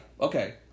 okay